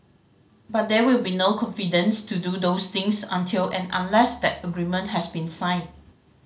but there will be no confidence to do those things until and unless that agreement has been signed